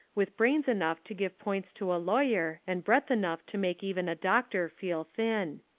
with brains enough to give points to a lawyer and breadth enough to make even a doctor feel thin.